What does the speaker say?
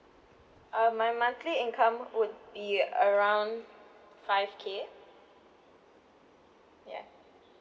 um my monthly income would be like around five K yeah